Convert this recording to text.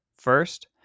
First